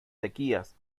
sequías